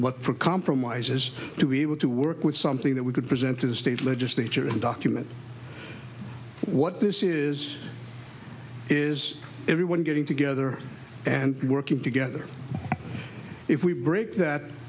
what for compromises to be able to work with something that we could present to the state legislature and document what this is is everyone getting together and working together if we break that